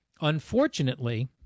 Unfortunately